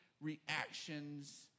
reactions